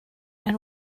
and